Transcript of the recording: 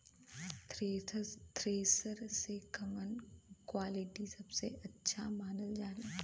Thresher के कवन quality सबसे अच्छा मानल जाले?